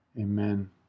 Amen